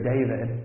David